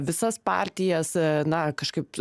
visas partijas na kažkaip